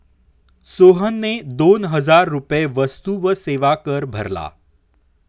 सोहनने दोन हजार रुपये वस्तू व सेवा कर भरला